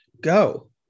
go